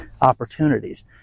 opportunities